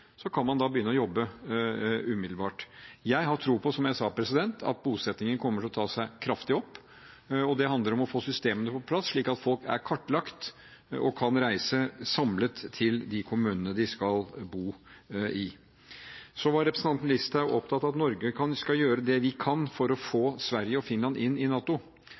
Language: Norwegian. kan man da begynne å jobbe umiddelbart. Jeg har tro på, som jeg sa, at bosettingen kommer til å ta seg kraftig opp. Det handler om å få systemene på plass, slik at folk er kartlagt og kan reise samlet til de kommunene de skal bo i. Så var representanten Listhaug opptatt av at Norge skal gjøre det vi kan for å få Sverige og Finland inn i NATO.